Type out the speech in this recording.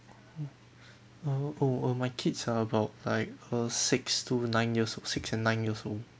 uh oh uh my kids are about like uh six to nine years six and nine years old